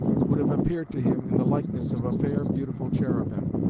it would have appeared to him in the likeness of a fair beautiful cherubim.